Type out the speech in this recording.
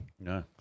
No